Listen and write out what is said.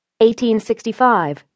1865